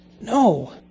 No